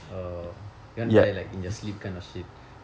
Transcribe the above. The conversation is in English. oh you want to die like in your sleep kind of shit